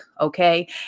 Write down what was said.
okay